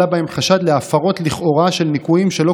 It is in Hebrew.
עלה בהן חשד להפרות לכאורה של ניכויים שלא